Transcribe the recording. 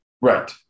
Right